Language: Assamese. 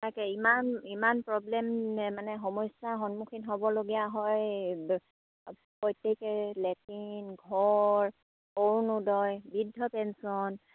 তাকে ইমান ইমান প্ৰব্লেম মানে সমস্যাৰ সন্মুখীন হ'বলগীয়া হয় প্ৰত্যেকে লেট্ৰিন ঘৰ অৰুণোদয় বৃদ্ধ পেঞ্চন